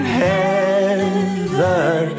heather